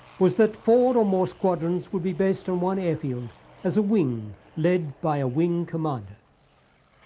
was that four or more squadrons would be based on one airfield as a wing led by a wing commander.